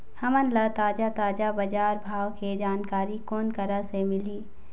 हमन ला ताजा ताजा बजार भाव के जानकारी कोन करा से मिलही?